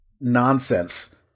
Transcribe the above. nonsense